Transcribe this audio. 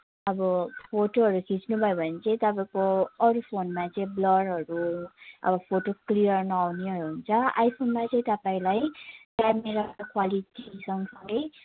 अब फोटोहरू खिच्नुभयो भने चाहिँ तपाईँको अरू फोनमा चाहिँ ब्लरहरू अब फोटो क्लियर नआउनेहरू हुन्छ आइफोनमा चाहिँ तपाईँलाई क्यामेराको क्वालिटी सँगसँगै